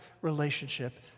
relationship